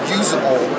usable